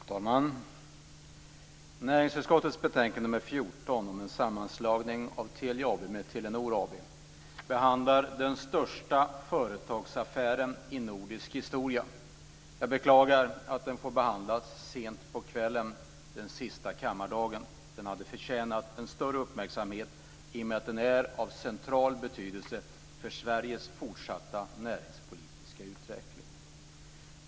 Fru talman! Näringsutskottets betänkande 14 om en sammanslagning av Telia AB och Telenor AS behandlar den största företagsaffären i nordisk historia. Jag beklagar att den får behandlas sent på kvällen på riksmötets näst sista dag. Den hade förtjänat en större uppmärksamhet i och med att den är av central betydelse för Sveriges fortsatta näringspolitiska utveckling.